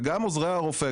וגם עוזרי הרופא,